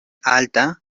alta